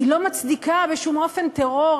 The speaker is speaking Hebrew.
והיא לא מצדיקה בשום אופן טרור.